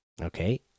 okay